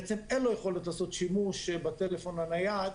בעצם אין לו יכולת לעשות שימוש בטלפון הנייד,